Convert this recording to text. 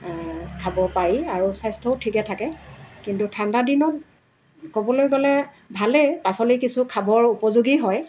খাব পাৰি আৰু স্বাস্থ্যও ঠিকে থাকে কিন্তু ঠাণ্ডাদিনত ক'বলৈ গ'লে ভালেই পাচলি কিছু খাবৰ উপযোগী হয়